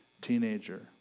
teenager